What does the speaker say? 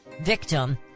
victim